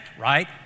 right